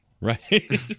Right